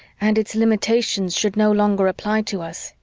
and its limitations should no longer apply to us,